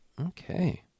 Okay